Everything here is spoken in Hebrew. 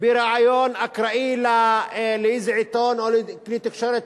בריאיון אקראי לאיזה עיתון או כלי תקשורת,